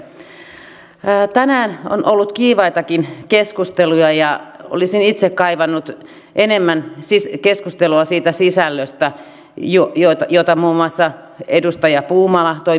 tänään on ollut kiivaitakin keskusteluja ja olisin itse kaivannut enemmän keskustelua siitä sisällöstä jota muun muassa edustaja puumala toi puheenvuorossaan esille